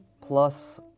plus